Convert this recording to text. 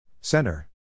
Center